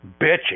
bitching